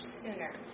sooner